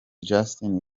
justin